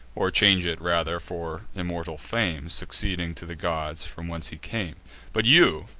or change it rather for immortal fame, succeeding to the gods, from whence he came but you,